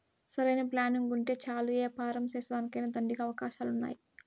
సరైన ప్లానింగుంటే చాలు యే యాపారం సేసేదానికైనా దండిగా అవకాశాలున్నాయి